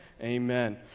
Amen